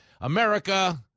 America